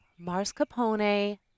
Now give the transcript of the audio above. marscapone